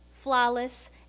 flawless